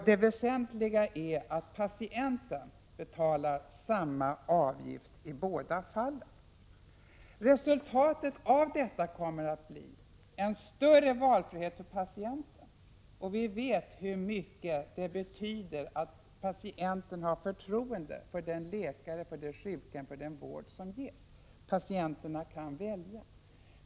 Det väsentliga är att patienten betalar samma avgift i båda fallen. Resultatet kommer att bli en större valfrihet för patienten, och vi vet hur mycket det betyder att patienten har förtroende för läkaren, sjukhemmet och den vård som ges. Patienterna kan välja.